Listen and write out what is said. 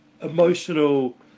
emotional